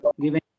given